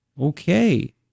Okay